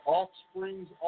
offspring's